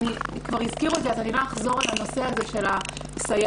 כבר הזכירו אז לא אחזור על הנושא הזה של הסייעות,